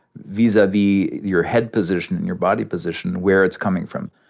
vis-a-vis your head position and your body position, where it's coming from.